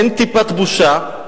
אין טיפת בושה,